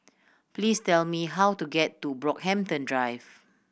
please tell me how to get to Brockhampton Drive